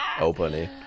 opening